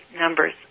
numbers